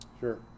Sure